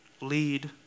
Lead